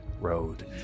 road